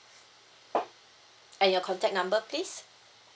and your contact number please